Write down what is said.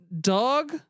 Dog